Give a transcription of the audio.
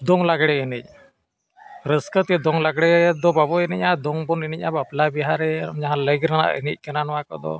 ᱫᱚᱝ ᱞᱟᱜᱽᱬᱮ ᱮᱱᱮᱡ ᱨᱟᱹᱥᱠᱟᱹ ᱛᱮ ᱫᱚᱝ ᱞᱟᱜᱽᱬᱮ ᱫᱚ ᱵᱟᱵᱚᱱ ᱮᱱᱮᱡᱼᱟ ᱫᱚᱝ ᱵᱚᱱ ᱮᱱᱮᱡᱼᱟ ᱵᱟᱯᱞᱟ ᱵᱤᱦᱟᱹᱨᱮ ᱡᱟᱦᱟᱸ ᱞᱮᱜᱽ ᱨᱮᱱᱟᱜ ᱮᱱᱮᱡ ᱠᱟᱱᱟ ᱱᱚᱣᱟ ᱠᱚᱫᱚ